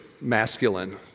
masculine